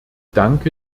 danke